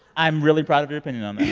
i'm really proud of your opinion on that